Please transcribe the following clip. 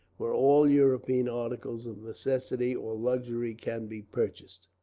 where all european articles of necessity or luxury can be purchased.